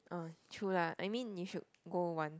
ah true lah I mean you should go once